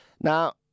Now